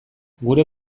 gure